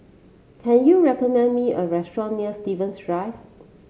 can you recommend me a restaurant near Stevens Drive